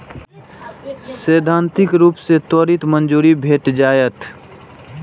सैद्धांतिक रूप सं त्वरित मंजूरी भेट जायत